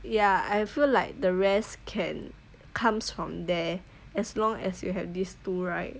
ya feel like the rest can comes from there as long as you have these two right